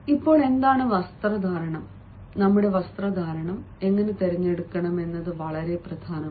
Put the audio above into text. ഇപ്പോൾ എന്താണ് വസ്ത്രധാരണം നമ്മുടെ വസ്ത്രധാരണം എങ്ങനെ തിരഞ്ഞെടുക്കണം എന്നത് വളരെ പ്രധാനമാണ്